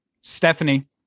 Stephanie